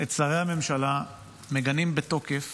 את שרי הממשלה מגנים בתוקף